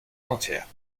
entière